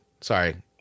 sorry